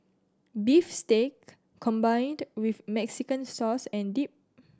beef steak combined with Mexican sauce and dip